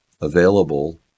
available